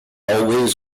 always